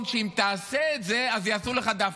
בחשבון שאם תעשה את זה אז יעשו לך דווקא?